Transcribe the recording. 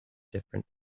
different